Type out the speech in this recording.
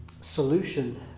solution